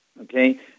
Okay